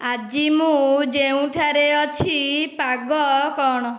ଆଜି ମୁଁ ଯେଉଁଠାରେ ଅଛି ପାଗ କ'ଣ